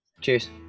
Cheers